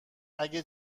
اگه